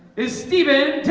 is steven